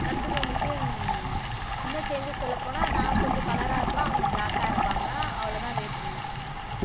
அடுத்தது வந்துட்டு இன்னும் சேஞ்சஸ் சொல்லப் போனால் நான் கொஞ்சம் கலராக இருப்பேன் அவங்க பிளாக்காக இருப்பாங்க அவ்வளோ தான் வேற்றுமை